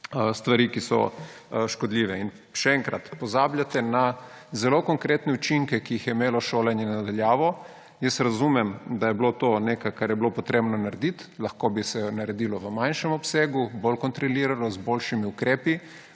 stvari, ki so škodljive. Še enkrat, pozabljate na zelo konkretne učinke, ki jih je imelo šolanje na daljavo. Razumem, da je bilo to nekaj, kar je bilo potrebno narediti, lahko bi se naredilo v manjšem obsegu, bolj kontrolirano, z boljšimi ukrepi,